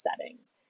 settings